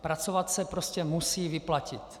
Pracovat se prostě musí vyplatit.